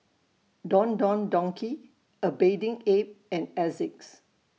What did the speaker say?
Don Don Donki A Bathing Ape and Asics